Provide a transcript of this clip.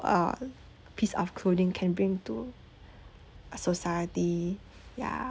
uh piece of clothing can bring to uh society ya